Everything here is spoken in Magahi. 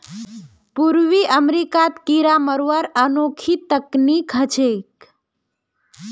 पूर्वी अमेरिकात कीरा मरवार अनोखी तकनीक ह छेक